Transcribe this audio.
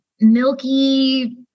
milky